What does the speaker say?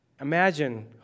Imagine